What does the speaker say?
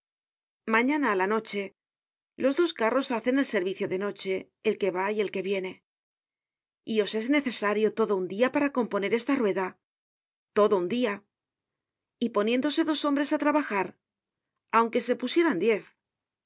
mañana á la noche los dos carros hacen el servicio de noche el que va y el que viene y os es necesario todo un dia para componer esta rueda todoun dia y poniéndose dos hombres á trabajar aunque se pusieran diez